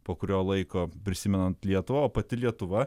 po kurio laiko prisimenant lietuvą o pati lietuva